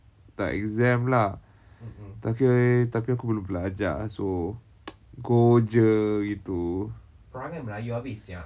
dah exam lah tapi tapi aku belum belajar so go jer